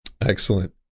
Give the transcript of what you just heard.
Excellent